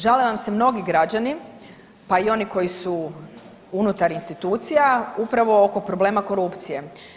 Žale vam se mnogi građani pa i oni koji su unutar institucija upravo oko problema korupcije.